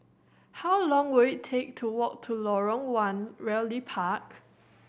how long will it take to walk to Lorong One Realty Park